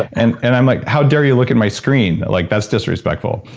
and and i'm like, how dare you look at my screen, like, that's disrespectful.